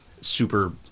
super